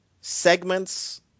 segments